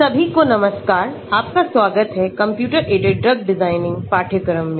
सभी को नमस्कारआपका स्वागत है कंप्यूटर एडेड ड्रग डिज़ाइन पाठ्यक्रम में